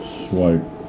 swipe